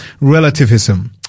relativism